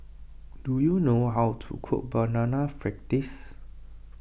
do you know how to cook Banana Fritters